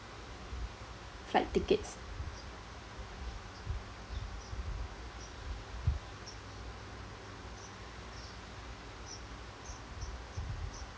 flight tickets